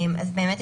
בבקשה.